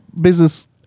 business